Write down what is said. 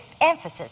emphasis